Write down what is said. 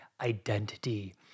identity